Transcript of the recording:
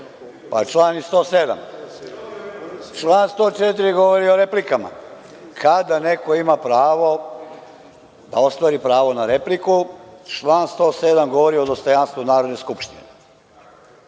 i član 107.Član 104. govori o replikama, kada neko ima pravo da ostvari pravo na repliku. Član 107. govori o dostojanstvu Narodne skupštine. Neko